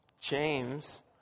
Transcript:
James